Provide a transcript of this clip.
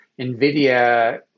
Nvidia